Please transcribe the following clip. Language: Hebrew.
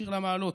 "שיר למעלות.